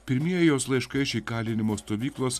pirmieji jos laiškai iš įkalinimo stovyklos